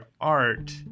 art